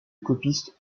copiste